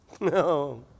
No